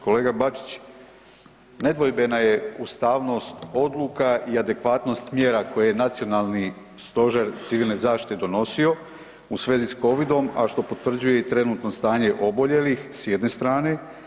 Kolega Bačić, nedvojbena je ustavnost odluka i adekvatnost mjera koje je Nacionalni stožer civilne zaštite donosio u svezi s Covidom, a što potvrđuje i trenutno stanje oboljelih, s jedne strane.